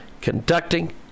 conducting